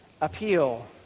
appeal